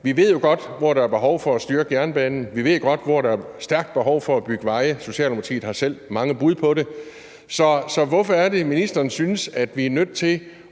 Vi ved jo godt, hvor der er behov for at styrke jernbanen, og vi ved godt, hvor der er stærkt behov for at bygge veje; Socialdemokratiet har selv mange bud på det. Så hvorfor er det, ministeren synes, at vi er nødt til